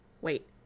wait